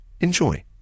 Enjoy